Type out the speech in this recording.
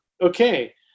Okay